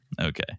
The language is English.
okay